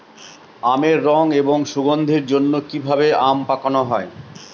আমের রং এবং সুগন্ধির জন্য কি ভাবে আম পাকানো হয়?